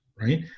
right